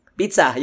pizza